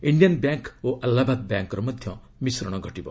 Indian bank ଓ ଆଲ୍ଲାହାବାଦ ବ୍ୟାଙ୍କ୍ର ମଧ୍ୟ ମିଶ୍ରଣ କରାଯିବ